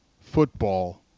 football